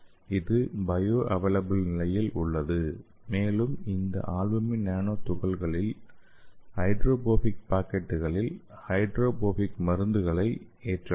இது பயோஅவைலபிள் நிலையில் உள்ளது மேலும் இந்த அல்புமின் நானோ துகள்களின் ஹைட்ரோபோபிக் பாக்கெட்டுகளில் ஹைட்ரோபோபிக் மருந்துகளை ஏற்றலாம்